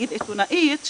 נגיד עיתונאית,